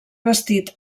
bastit